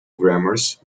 grammars